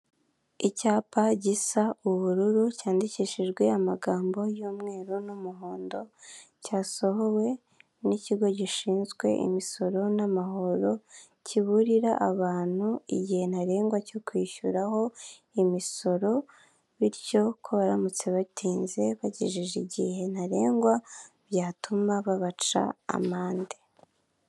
Icyapa gisa ubururu cyandikishijwe amagambo y'umweru n'umuhondo cyasohowe n'Ikigo Gishinzwe Imisoro n'Amahoro, kiburira abantu igihe ntarengwa cyo kwishyuraho imisoro bityo ko baramutse batinze bagejeje igihe ntarengwa byatuma babaca amande.